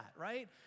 right